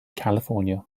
california